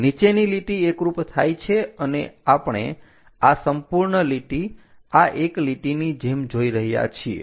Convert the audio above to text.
નીચેની લીટી એકરૂપ થાય છે અને આપણે આ સંપૂર્ણ લીટી આ એક લીટીની જેમ જોઈ રહ્યા છીએ